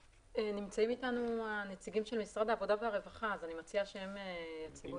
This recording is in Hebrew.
נמצאים אתנו הנציגים של משרד העבודה והרווחה ואני מציעה שהם יתייחסו.